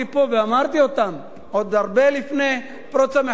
ואמרתי אותם עוד לפני פרוץ המחאה,